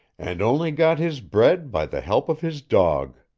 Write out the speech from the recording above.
and only got his bread by the help of his dog.